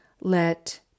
let